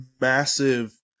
massive